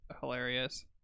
hilarious